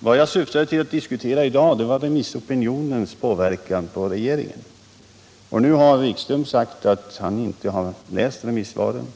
Vad jag syftade till att diskutera i dag var remissopinionens inverkan på regeringen. Nu har Jan-Erik Wikström sagt att han inte har läst remissvaren.